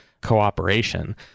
cooperation